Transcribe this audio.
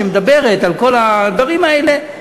שמדברת על כל הדברים האלה,